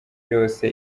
yose